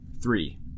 Three